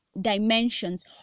dimensions